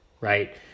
right